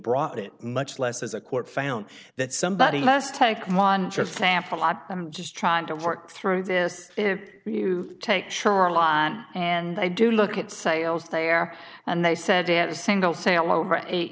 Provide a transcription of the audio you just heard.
brought it much less as a court found that somebody must take one just sample lot i'm just trying to work through this if you take shoreline and i do look at sales there and they said they had a single sale over eight